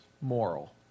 moral